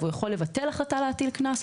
הוא יכול לבטל החלטה להטיל קנס,